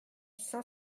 cent